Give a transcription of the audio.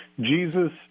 Jesus